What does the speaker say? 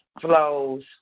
flows